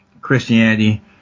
Christianity